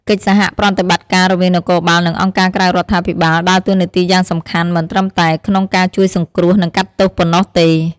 កិច្ចសហប្រតិបត្តិការរវាងនគរបាល និងអង្គការក្រៅរដ្ឋាភិបាលដើរតួនាទីយ៉ាងសំខាន់មិនត្រឹមតែក្នុងការជួយសង្គ្រោះ និងកាត់ទោសប៉ុណ្ណោះទេ។